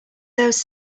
those